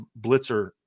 blitzer